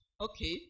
Okay